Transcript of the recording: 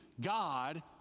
God